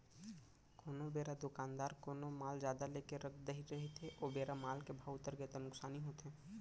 कोनो बेरा दुकानदार कोनो माल जादा लेके रख दे रहिथे ओ बेरा माल के भाव उतरगे ता नुकसानी होथे